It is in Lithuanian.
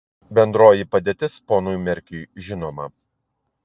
bendroji padėtis ponui merkiui žinoma